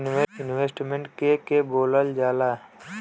Investment के के बोलल जा ला?